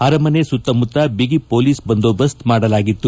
ಅರಮನೆ ಸುತ್ತಮುತ್ತ ಬಿಗಿ ಪೊಲೀಸ್ ಬಂದೋಬಸ್ತ್ ಮಾಡಲಾಗಿತ್ತು